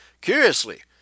Curiously